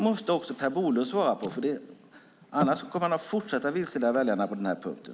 Det måste Per Bolund svara på, annars kommer han att fortsätta att vilseleda väljarna på den punkten.